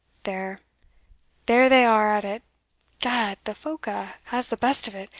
there there they are at it gad, the phoca has the best of it!